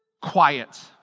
quiet